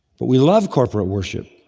but we love corporal worship,